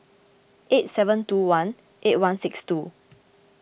eight seven two one eight one six two